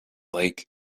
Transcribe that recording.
lake